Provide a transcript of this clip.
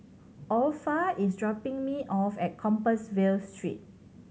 Orpha is dropping me off at Compassvale Street